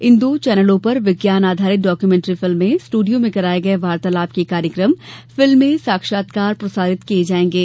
इन दो चैनलों पर विज्ञान आधारित डाक्यूमेंट्री फिल्में स्ट्रडियों में कराये गये वार्तालाप के कार्यक्रम फिल्में साक्षात्कार प्रसारित किये जायेंगे